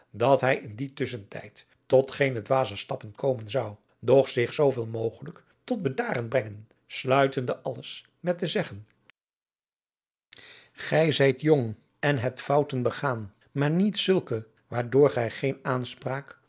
dat hij in dien tusschentijd tot geene dwaze stappen komen zou doch zich zooveel mogelijk tot bedaren brengen sluitende alles met te zeggen gij zijt jong en hebt souten begaan maar niet zulke waardoor gij geen aanspraak